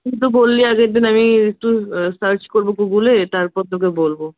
তুই তো বললি আগের দিন আমি একটু সার্চ করবো গুগুলে তারপর তোকে বলবো